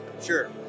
sure